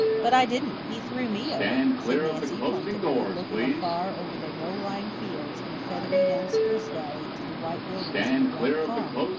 but i didn't. he threw me over, said nancy, plaintively, looking afar over the low-lying fields and a feathery young spruce valley to the white buildings of the wright farm,